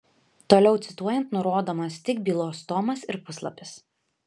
toliau cituojant nurodomas tik bylos tomas ir puslapis